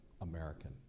American